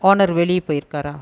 owner வெளியே போயிருக்காரா